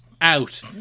out